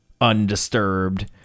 undisturbed